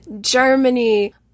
Germany